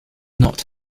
not